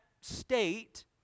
state